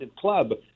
club